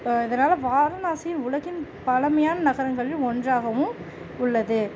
இதனால் வாரணாசி உலகின் பழமையான நகரங்களில் ஒன்றாகவும் உள்ளது